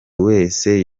wese